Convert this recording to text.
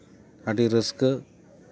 ᱟᱹᱰᱤ ᱨᱟᱹᱥᱠᱟᱹ